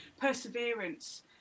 Perseverance